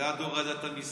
ועד הורדת המיסים.